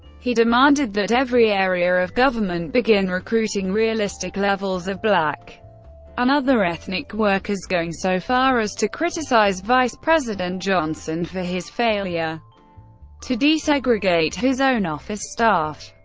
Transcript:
he demanded that every area of government begin recruiting realistic levels of black and other ethnic workers, going so far as to criticize vice president johnson for his failure to desegregate his own office staff.